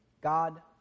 God